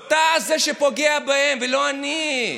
אתה זה שפוגע בהם ולא אני.